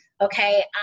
okay